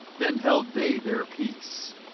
then held they their peace,